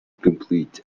complete